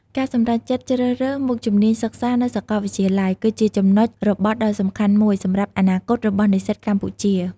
ការសម្រេចចិត្តជ្រើសរើសមុខជំនាញសិក្សានៅសាកលវិទ្យាល័យ គឺជាចំណុចរបត់ដ៏សំខាន់មួយសម្រាប់អនាគតរបស់និស្សិតកម្ពុជា។